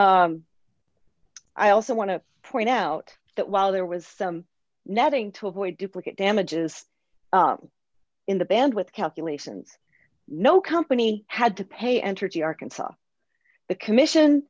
i also want to point out that while there was some netting to avoid duplicate damages in the band with calculations no company had to pay entergy arkansas the commission